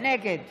נגד